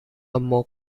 more